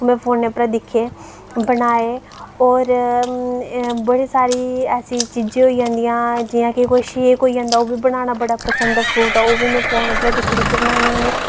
में फोनै परा दिक्खे ते बनाए होर बड़ी सारी ऐसी चीज़ां होई जंदियां जि'यां कि कोई शेक होइया ओह्बी बनाना पसंद ऐ तां ओह्बी में फोन परा दिक्खी दिक्खियै बनानी होन्नी